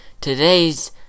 today's